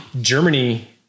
Germany